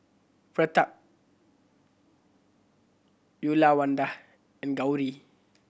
Pratap Uyyalawada and Gauri